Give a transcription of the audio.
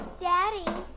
Daddy